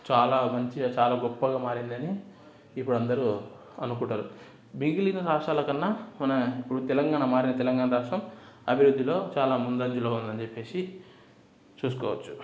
చాలా మంచిగా చాలా గొప్పగా మారిందని ఇప్పుడు అందరూ అనుకుంటారు మిగిలిన రాష్ట్రాల కన్నా మన ఇప్పుడు తెలంగాణ మారిన తెలంగాణ రాష్ట్రం అభివృద్ధిలో చాలా ముందంజలో ఉందని చెప్పేసి చూసుకోవచ్చు